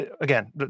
again